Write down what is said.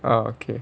ah okay